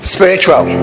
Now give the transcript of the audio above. Spiritual